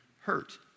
hurt